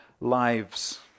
lives